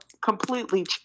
completely